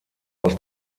aus